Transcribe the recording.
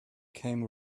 came